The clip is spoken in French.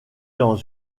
dans